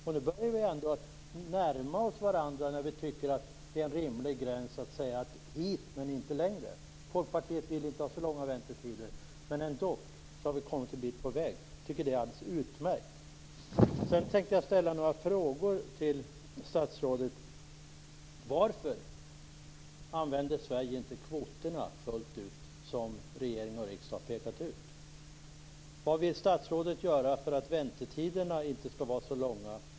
Vi börjar ändå närma oss varandra när vi säger hit men inte längre. Folkpartiet vill inte ha för långa väntetider, men vi har ändå kommit en bit på väg. Jag tycker att det är alldeles utmärkt. Jag tänkte ställa några frågor till statsrådet. Varför använder inte Sverige fullt ut kvoterna, som regering och riksdag har pekat ut? Vad vill statsrådet göra för att väntetiderna inte skall vara så långa?